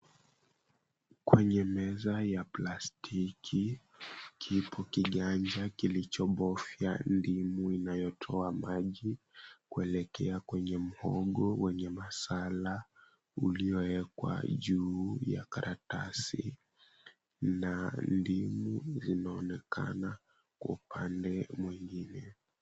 Kwenye meza ya plastiki, kipo kiganja kilichobofia ndimu inayotoa maji, kuelekea kwenye muhogo wenye masala uliowekwa juu ya karatasi. Na ndimu zinaonekana upande mwingine.